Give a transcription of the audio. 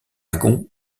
wagons